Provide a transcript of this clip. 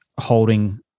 holding